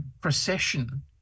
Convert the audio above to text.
procession